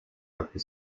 rugby